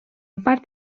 part